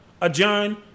Adjourn